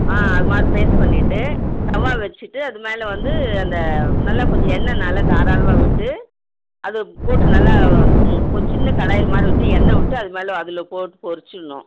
ஆ அது மாதிரி பேஸ்ட் பண்ணிவிட்டு தவா வெச்சுட்டு அது மேலே வந்து அந்த நல்லா கொஞ்சம் எண்ணெய் நல்லா தாராளமாக விட்டு அது போட்டு நல்லா கொஞ்சம் சின்ன கடாயில் மாதிரி வச்சு எண்ணெய் விட்டு அது மேலே அதில் போட்டு பொரிச்சிடணும்